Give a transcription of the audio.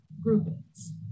groupings